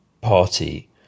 party